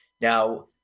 Now